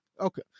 okay